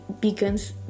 begins